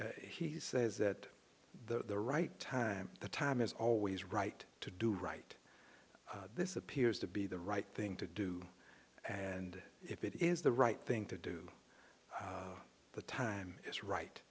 right he says that the right time the time is always right to do right this appears to be the right thing to do and if it is the right thing to do the time is right